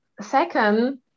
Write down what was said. second